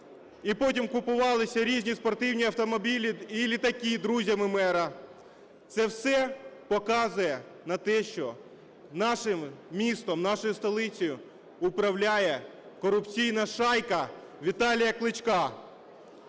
і потім купувалися різні спортивні автомобілі і літаки друзями мера. Це все показує на те, що нашим містом, нашою столицею управляє корупційна шайка Віталія Кличка.